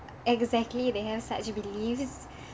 exactly they have such beliefs